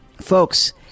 Folks